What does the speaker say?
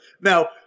now